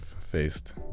faced